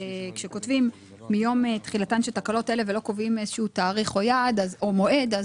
כשכותבים מיום תחילתן של תקנות אלה ולא קובעים איזשהו תאריך או יעד או מועד,